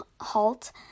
HALT